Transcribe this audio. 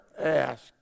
asked